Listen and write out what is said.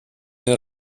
den